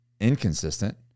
inconsistent